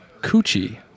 Coochie